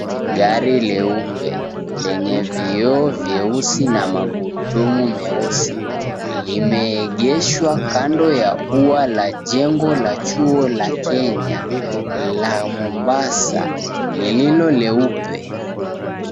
Gari leupe lenye vioo vyeusi na magurudmu meusi, limeegeshwa kando ya ua la jengo la chuo la Kenya la Mombasa, lililo leupe.